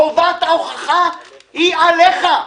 חובת ההוכחה היא עלייך.